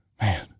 Man